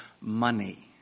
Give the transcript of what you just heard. money